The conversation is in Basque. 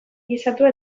gisatua